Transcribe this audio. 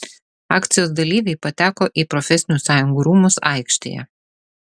akcijos dalyviai pateko į profesinių sąjungų rūmus aikštėje